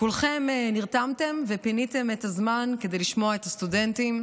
כולכם נרתמתם ופיניתם את הזמן כדי לשמוע את הסטודנטים,